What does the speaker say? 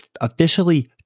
officially